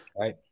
right